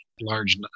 large